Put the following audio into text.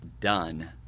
done